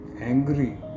angry